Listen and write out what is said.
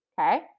okay